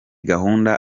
gahunda